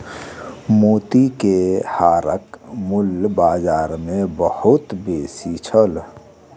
मोती के हारक मूल्य बाजार मे बहुत बेसी छल